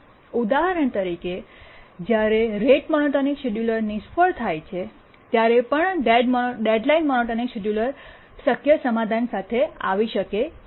ઉદાહરણ તરીકે જ્યારે રેટ મોનોટોનિક શિડ્યુલર નિષ્ફળ થાય છે ત્યારે પણ ડેડલાઇન મોનોટોનિક શિડ્યુલર શક્ય સમાધાન સાથે આવી શકે છે